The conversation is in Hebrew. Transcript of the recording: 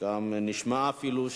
נשמע אפילו,